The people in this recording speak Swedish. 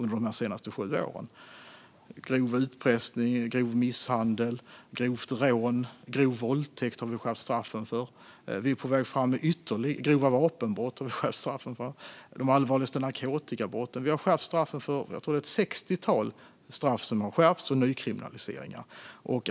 Det gäller grov utpressning, grov misshandel, grovt rån, grov våldtäkt, grova vapenbrott och grova narkotikabrott. Jag tror det handlar om ett sextiotal straffskärpningar och nykriminaliseringar.